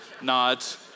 nods